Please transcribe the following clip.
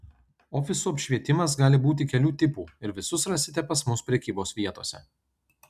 ofisų apšvietimas gali būti kelių tipų ir visus rasite pas mus prekybos vietose